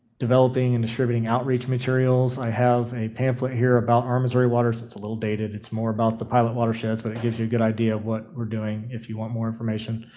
developing and distributing outreach materials. i have a pamphlet here about our missouri waters. it's a little dated. it's more about the pilot watersheds, but it gives you a good idea of what we're doing if you want more information.